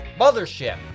Mothership